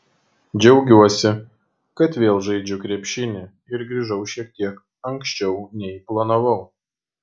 džiaugiuosi kad vėl žaidžiu krepšinį ir grįžau šiek tiek anksčiau nei planavau